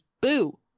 Boo